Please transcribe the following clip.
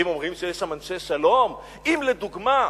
אם אומרים שיש שם אנשי שלום, אם, לדוגמה,